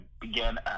began